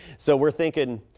so we're thinking.